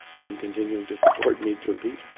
i am continuing to support need to impeach,